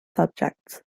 subjects